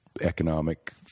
economic